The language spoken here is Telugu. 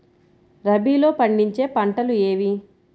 రబీలో పండించే పంటలు ఏవి?